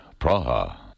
Praha